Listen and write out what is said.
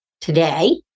Today